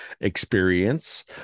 experience